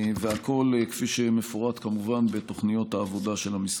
והכול כפי שמפורט כמובן בתוכניות העבודה של המשרד.